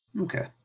Okay